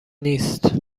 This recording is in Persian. نیست